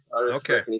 Okay